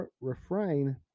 Refrain